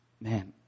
man